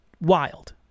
wild